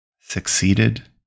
succeeded